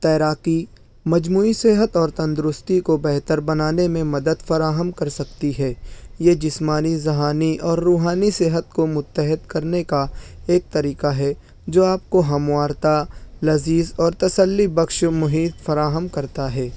تیراکی مجموعی صحت اور تندرستی کو بہتر بنانے میں مدد فراہم کر سکتی ہے یہ جسمانی ذہانی اور روحانی صحت کو متحد کرنے کا ایک طریقہ ہے جو آپ کو ہموارتا لذیذ اور تسلی بخش محیط فراہم کرتا ہے